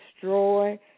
destroy